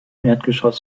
erdgeschoss